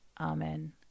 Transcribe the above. Amen